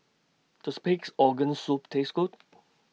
Does Pig'S Organ Soup Taste Good